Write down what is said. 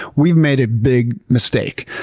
we've made a big mistake.